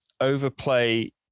overplay